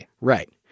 Right